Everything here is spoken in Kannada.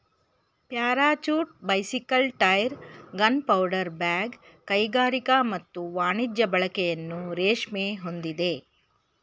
parachute bicycle tyre gunpowder bag ಕೈಗಾರಿಕಾ ಮತ್ತು ವಾಣಿಜ್ಯ ಬಳಕೆಯನ್ನು ರೇಷ್ಮೆ ಹೊಂದಿದೆ